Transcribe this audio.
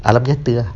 alam nyata ah